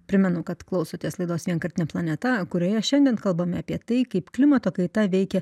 primenu kad klausotės laidos vienkartinė planeta kurioje šiandien kalbame apie tai kaip klimato kaita veikia